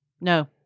No